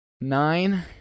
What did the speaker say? Nine